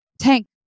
tank